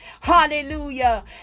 hallelujah